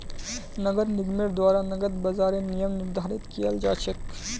नगर निगमेर द्वारा नकद बाजारेर नियम निर्धारित कियाल जा छेक